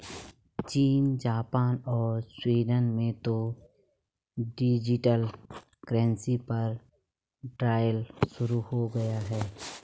चीन, जापान और स्वीडन में तो डिजिटल करेंसी पर ट्रायल शुरू हो गया है